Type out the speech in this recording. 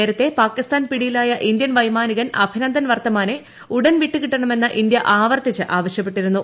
നേരത്തെ പാകിസ്ഥാൻ പിടിയിലായ ഇന്ത്യൻ വൈമാനികൻ അഭിനന്ദൻ വർത്തമാനെ ഉടൻ വിട്ടുകിട്ടണമെന്ന് ഇന്ത്യ ആവർത്തിച്ച് ആവശ്യപ്പെട്ടിരുന്നു